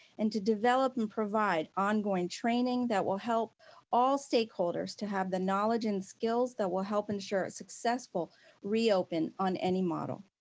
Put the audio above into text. and to develop and provide ongoing training that will help all stakeholders, to have the knowledge and skills that will help ensure a successful reopen on any model.